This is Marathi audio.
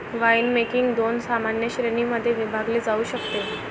वाइनमेकिंग दोन सामान्य श्रेणीं मध्ये विभागले जाऊ शकते